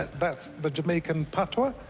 that's the jamaican patois.